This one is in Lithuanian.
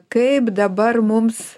kaip dabar mums